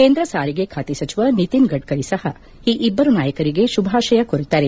ಕೇಂದ್ರ ಸಾರಿಗೆ ಖಾತೆ ಸಚಿವ ನಿತಿನ್ ಗಡ್ಡರಿ ಸಹ ಈ ಇಬ್ಲರು ನಾಯಕರಿಗೆ ಶುಭಾಶಯ ಕೋರಿದ್ದಾರೆ